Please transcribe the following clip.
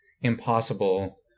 impossible